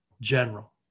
general